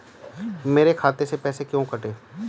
मेरे खाते से पैसे क्यों कटे?